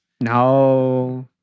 No